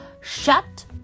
Shut